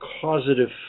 causative